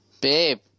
Babe